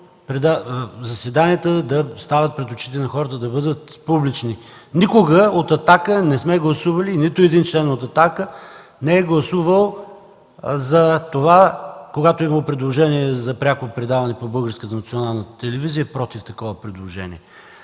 заседанията да стават пред очите на хората, да бъдат публични. Никога от „Атака” не сме гласували, нито един член от „Атака” не е гласувал, когато е имало предложения за пряко предаване по Българската национална